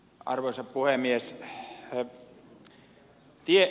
arvoisa puhemies